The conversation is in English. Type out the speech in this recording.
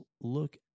look